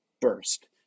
burst